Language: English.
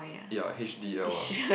ya h_d_l ah